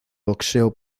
boxeo